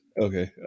Okay